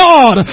God